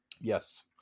Yes